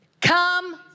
come